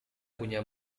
punya